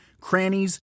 crannies